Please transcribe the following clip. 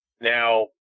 Now